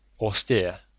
austere